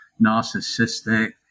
narcissistic